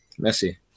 Messi